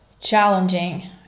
challenging